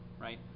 right